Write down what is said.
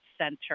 Center